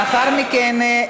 לאחר מכן,